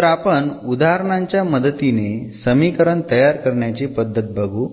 तर आपण उदाहरणांच्या मदतीने समीकरण तयार करण्याची पद्धत बघू